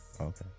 Okay